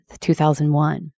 2001